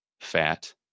fat